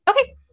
Okay